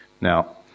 Now